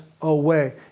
away